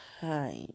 time